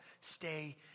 stay